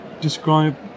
describe